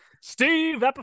Steve